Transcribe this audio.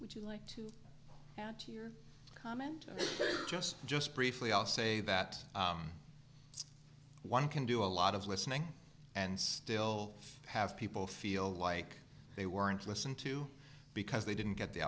would you like to hear comment just just briefly i'll say that one can do a lot of listening and still have people feel like they weren't listened to because they didn't get the